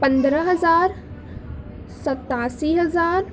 پندرہ ہزار ستاسی ہزار